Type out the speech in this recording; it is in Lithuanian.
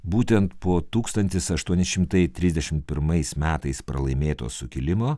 būtent po tūkstantis aštuoni šimtai trisdešim pirmais metais pralaimėto sukilimo